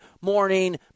morning